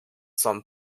some